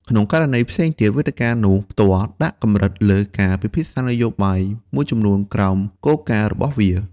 ក្នុងករណីផ្សេងទៀត វេទិកានោះផ្ទាល់ដាក់កម្រិតលើការពិភាក្សានយោបាយមួយចំនួនក្រោមគោលការណ៍របស់វា។